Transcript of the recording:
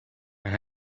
and